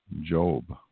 Job